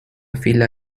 fila